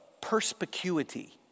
perspicuity